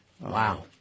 Wow